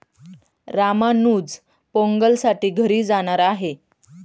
रामानुज पोंगलसाठी घरी जाणार आहे